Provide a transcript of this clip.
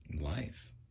life